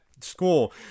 school